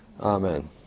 Amen